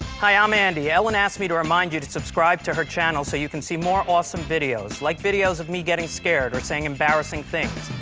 hi, i'm um andy. ellen asked me to remind you to subscribe to her channel so you can see more awesome videos. like videos of me getting scared or saying embarrassing things,